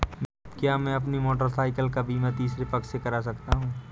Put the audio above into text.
क्या मैं अपनी मोटरसाइकिल का बीमा तीसरे पक्ष से करा सकता हूँ?